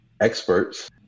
experts